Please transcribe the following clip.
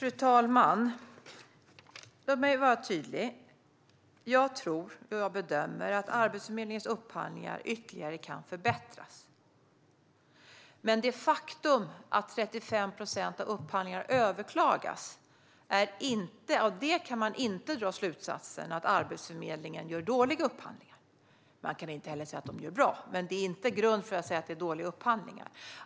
Fru talman! Låt mig vara tydlig: Jag tror och bedömer att Arbetsförmedlingens upphandlingar ytterligare kan förbättras. Av det faktum att 35 procent av upphandlingarna överklagas kan man dock inte dra slutsatsen att Arbetsförmedlingen gör dåliga upphandlingar. Man kan inte heller säga att de gör bra upphandlingar, men det är inte grund för att säga att det är dåliga upphandlingar.